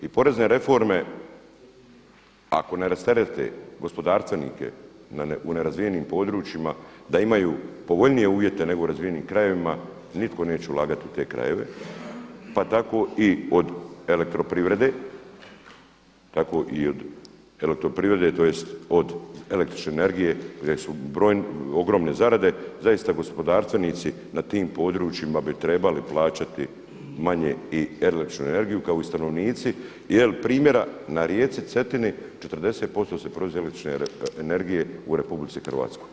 I porezne reforme ako ne rasteretite gospodarstvenike u nerazvijenim područjima da imaju povoljnije uvjete nego u razvijenim krajevima nitko neće ulagati u te krajeve, pa tako i od elektroprivrede tj. od električne energije gdje su ogromne zarade zaista gospodarstvenici na tim područjima bi trebali plaćati manje i električnu energiju kao i stanovnici jer primjera na rijeci Cetini 40% se proizvodi električne energije u RH.